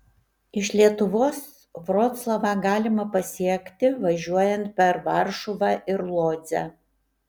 iš lietuvos vroclavą galima pasiekti važiuojant per varšuvą ir lodzę